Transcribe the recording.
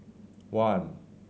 one